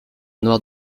noire